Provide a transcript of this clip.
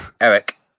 Eric